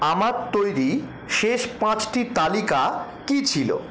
আমার তৈরি শেষ পাঁচটি তালিকা কী ছিলো